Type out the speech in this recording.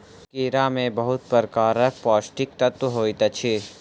केरा में बहुत प्रकारक पौष्टिक तत्व होइत अछि